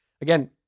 again